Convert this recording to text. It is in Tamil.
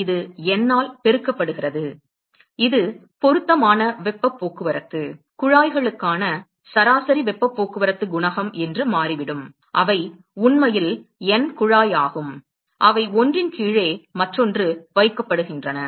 இது N ஆல் பெருக்கப்படுகிறது இது பொருத்தமான வெப்பப் போக்குவரத்து குழாய்களுக்கான சராசரி வெப்பப் போக்குவரத்து குணகம் என்று மாறிவிடும் அவை உண்மையில் N குழாயாகும் அவை ஒன்றின் கீழே மற்றொன்று வைக்கப்படுகின்றன